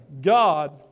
God